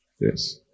Yes